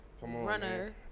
runner